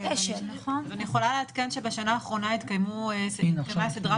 אני יכולה לעדכן שבשנה האחרונה התקיימה סדרה